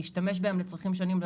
להשתמש בהם לצרכים שונים.